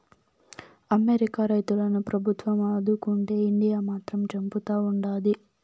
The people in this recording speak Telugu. అమెరికా రైతులను ప్రభుత్వం ఆదుకుంటే ఇండియా మాత్రం చంపుతా ఉండాది